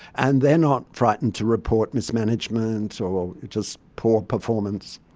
and they are not frightened to report mismanagement or just poor performance.